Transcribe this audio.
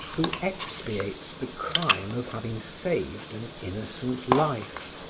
who expiates the crime of having saved an innocent life.